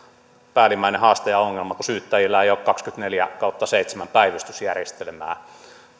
päällimmäinen haaste ja ongelma että syyttäjillä ei ole kaksikymmentäneljä kautta seitsemän päivystysjärjestelmää